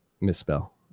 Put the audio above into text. misspell